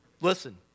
Listen